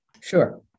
Sure